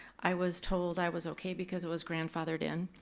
i was told i was okay because it was grandfathered in.